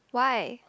why